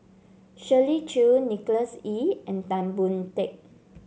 Shirley Chew Nicholas Ee and Tan Boon Teik